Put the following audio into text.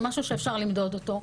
זה משהו שאפשר למדוד אותו.